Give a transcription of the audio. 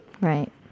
Right